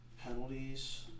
penalties